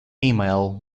female